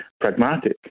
pragmatic